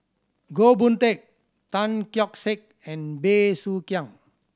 Goh Boon Teck Tan Keong Saik and Bey Soo Khiang